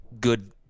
good